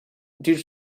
due